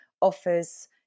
offers